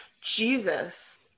Jesus